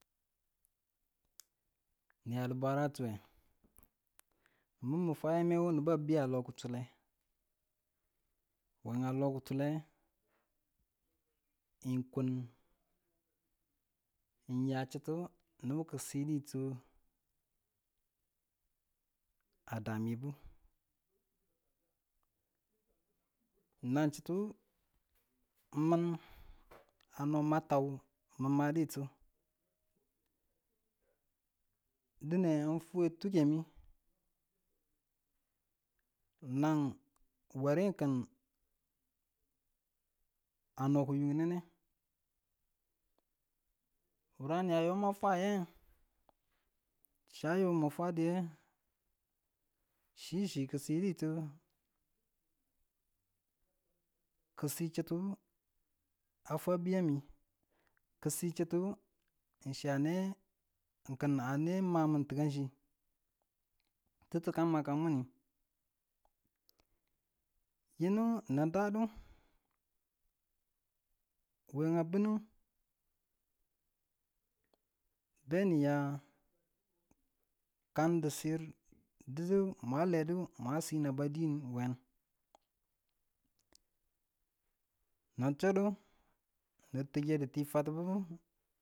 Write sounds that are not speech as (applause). (noise) Ni yadu bwaratuwe mun mu fwayamme naba biya lo ki̱tule we a lo kitile, n kun n ya chituwu nibu siditu, a damibu, nan chituwu n (noise) mun a no ma tau n madi tu dine n fwiu tengemi nan ware ki̱n ano kiyung nine wareni ayo ma fwaye chiyayo min fwadiye, chi chiki siditu ki̱n si chittu a fwabu yammi, kin si chituwu kina ne mamun tekachi, ti̱tika maka mune yinu ni da du we a bunni beni ya kandi sir didi mwa ledu mwa sir naba daye we ni tunduni tunge ti fwanimu.